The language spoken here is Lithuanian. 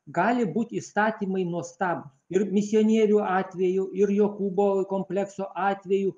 gali būti įstatymai nuostabūs ir misionierių atvejų ir jokūbo komplekso atveju